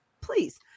please